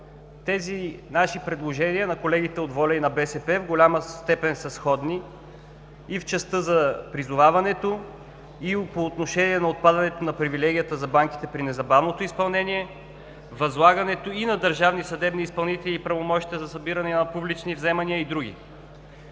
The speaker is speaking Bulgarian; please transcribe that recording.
Тези наши предложения – на колегите от „Воля“ и на „БСП за България“, в голяма степен са сходни – и в частта за призоваването, и по отношение отпадането на привилегията за банките при незабавното изпълнение, възлагането и на държавни съдебни изпълнители правомощията за събиране на публични вземания и други.